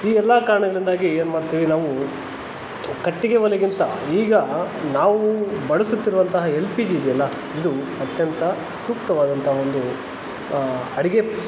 ಈ ಎಲ್ಲಾ ಕಾರಣಗಳಿಂದಾಗಿ ಏನ್ಮಾಡ್ತೀವಿ ನಾವು ಕಟ್ಟಿಗೆ ಒಲೆಗಿಂತ ಈಗ ನಾವು ಬಳಸುತ್ತಿರುವಂತಹ ಎಲ್ ಪಿ ಜಿ ಇದೆಯಲ್ಲ ಇದು ಅತ್ಯಂತ ಸೂಕ್ತವಾದಂತ ಒಂದು ಅಡಿಗೆ